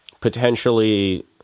potentially